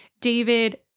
David